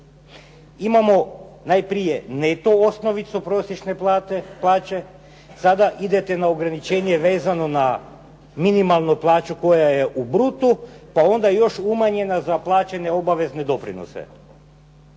Imamo najprije neto osnovicu prosječne plaće, sada ide na ograničenje vezano na minimalnu plaću koja je u brutu, pa onda još umanjena za plaćene obavezne doprinose.